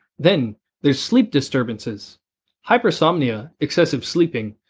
then there's sleep disturbances hypersomnia excessive sleeping,